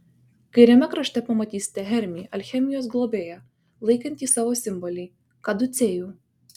kairiame krašte pamatysite hermį alchemijos globėją laikantį savo simbolį kaducėjų